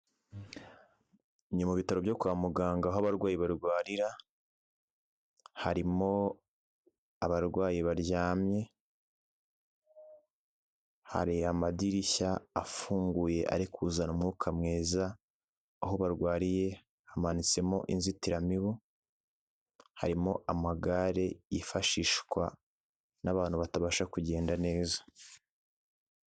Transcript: Ni mu bitaro byo kwa muganga aho abarwayi barwarira, harimo abarwayi baryamye, hari amadirishya afunguye ari kuzana umwuka mwiza aho barwariye hamanitsemo inzitiramibu, harimo amagare yifashishwa n'abantu batabasha kugenda neza..